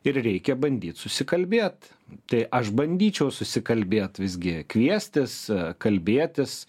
ir reikia bandyt susikalbėt tai aš bandyčiau susikalbėt visgi kviestis kalbėtis